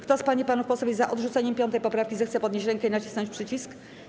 Kto z pań i panów posłów jest za odrzuceniem 5. poprawki, zechce podnieść rękę i nacisnąć przycisk.